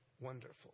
Wonderful